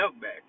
back